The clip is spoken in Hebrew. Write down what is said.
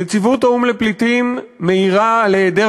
נציבות האו"ם לפליטים מעירה על היעדר